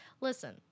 listen